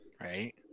Right